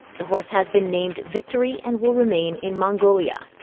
the horse has been named victory and will remain in mongolia.